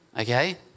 Okay